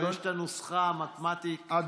יש את הנוסחה המתמטית.